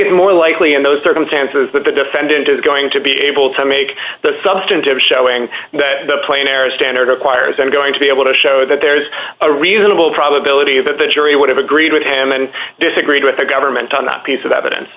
it's more likely in those circumstances that the defendant is going to be able to make the substantive showing that the plane air standard requires i'm going to be able to show that there is a reasonable probability that the jury would have agreed with him and disagreed with the government on a piece of evidence